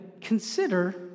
consider